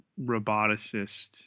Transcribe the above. roboticist